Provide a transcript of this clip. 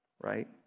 right